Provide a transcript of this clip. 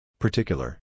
Particular